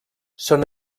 són